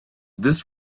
this